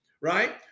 right